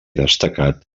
destacat